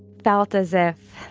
felt as if